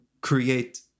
create